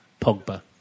Pogba